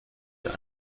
ihr